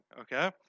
okay